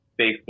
Facebook